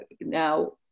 Now